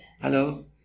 Hello